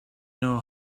know